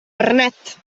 bernat